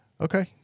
Okay